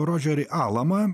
rodžerį alamą